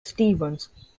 stevens